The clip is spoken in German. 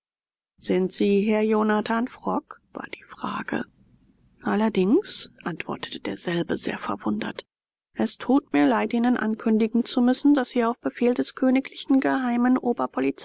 sind sie herr jonathan frock war die frage allerdings antwortete derselbe sehr verwundert es tut mir leid ihnen ankündigen zu müssen daß sie auf befehl des königlichen geheimen